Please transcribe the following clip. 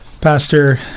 Pastor